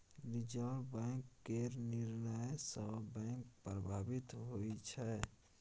reserve bank केर निर्णय सँ बैंक प्रभावित होइ छै